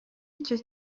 icyo